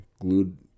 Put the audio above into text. glued